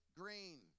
green